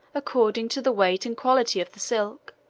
according to the weight and quality of the silk,